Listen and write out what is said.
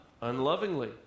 unlovingly